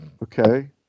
Okay